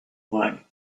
why